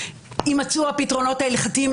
יימצאו הפתרונות ההלכתיים,